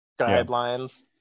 guidelines